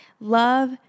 love